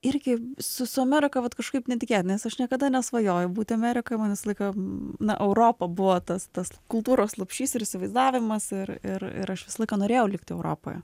irgi su su amerika vat kažkaip netikėtai nes aš niekada nesvajojau būti amerikoj man visą laiką na europa buvo tas tas kultūros lopšys ir įsivaizdavimas ir ir ir aš visą laiką norėjau likti europoje